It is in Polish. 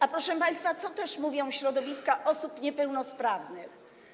A, proszę państwa, co mówią środowiska osób niepełnosprawnych?